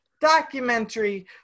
documentary